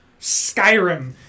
Skyrim